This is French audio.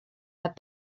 pas